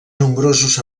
nombrosos